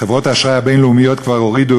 חברות האשראי הבין-לאומיות כבר הורידו